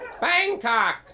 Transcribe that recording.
Bangkok